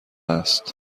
است